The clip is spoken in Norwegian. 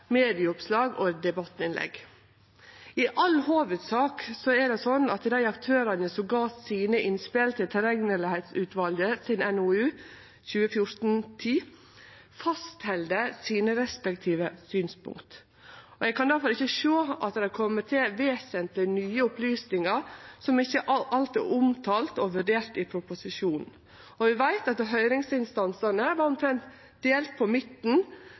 fleire medieoppslag og debattinnlegg. I all hovudsak er det slik at dei aktørane som gav innspel til NOU-en frå tilregnelighetsutvalget, NOU 2014: 10, held fast på dei respektive synspunkta sine, og eg kan difor ikkje sjå at det er kome til vesentlege nye opplysingar som ikkje alt er omtalte og vurderte i proposisjonen. Vi veit at høyringsinstansane var omtrent delte på midten